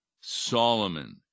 Solomon